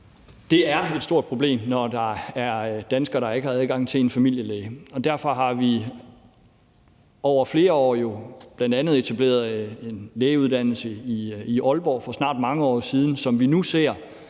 Det er et stort problem, når der er danskere, der ikke har adgang til en familielæge, og derfor har vi jo over flere år etableret lægeuddannelsespladser, bl.a. også en lægeuddannelse i Aalborg for snart mange år siden, som vi nu også